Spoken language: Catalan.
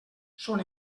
són